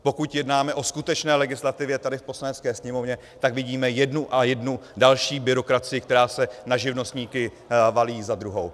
Pokud jednáme o skutečné legislativě tady v Poslanecké sněmovně, tak vidíme jednu a jednu další byrokracii, která se na živnostníky valí jedna za druhou.